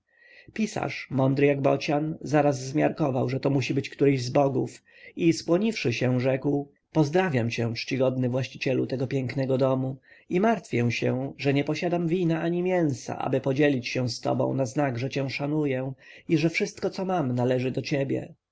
pisarz mądry jak bocian zaraz zmiarkował że to musi być któryś z bogów i skłoniwszy się rzekł pozdrawiam cię czcigodny właścicielu tego pięknego domu i martwię się że nie posiadam wina ani mięsa aby podzielić je z tobą na znak że cię szanuję i że wszystko co mam należy do ciebie